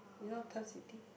you know Turf City